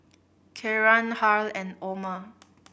Kieran Harl and Omer